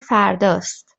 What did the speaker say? فرداست